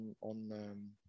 on